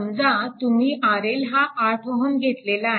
समजा तुम्ही RL हा 8 Ω घेतलेला आहे